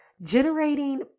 generating